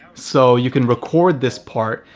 so you can record this part,